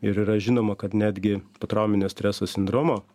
ir yra žinoma kad netgi potrauminio streso sindromo